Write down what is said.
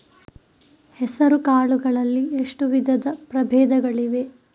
ಹೆಸರುಕಾಳು ಗಳಲ್ಲಿ ಎಷ್ಟು ವಿಧದ ಪ್ರಬೇಧಗಳಿವೆ?